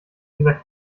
dieser